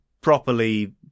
properly